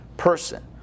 person